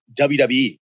WWE